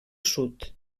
sud